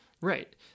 Right